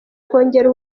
kongera